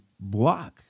block